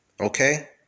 Okay